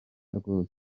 rwose